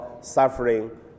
suffering